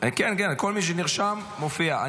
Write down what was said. כל מי שנרשם, מופיע.